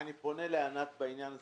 אני פונה לענת בעניין הזה.